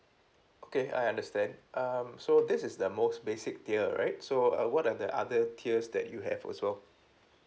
okay I understand um so this is the most basic tier right so uh what are the other tiers that you have also